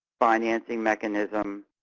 financing mechanisms,